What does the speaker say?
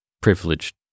privileged